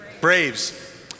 Braves